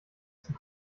zum